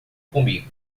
comigo